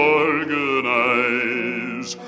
organize